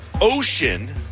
Ocean